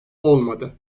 olmadı